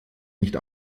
nicht